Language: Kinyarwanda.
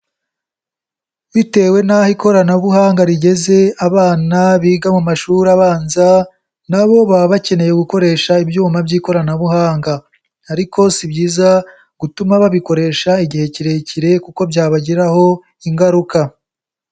Bitewe n'aho ikoranabuhanga rigeze abana biga mu mashuri abanza na bo baba bakeneye gukoresha ibyuma by'ikoranabuhanga, ariko si byiza gutuma babikoresha igihe kirekire kuko byabagiraho ingaruka.